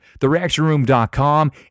TheReactionRoom.com